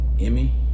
Emmy